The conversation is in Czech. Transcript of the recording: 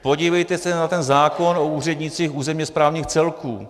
Podívejte se na ten zákon o úřednících územněsprávních celků.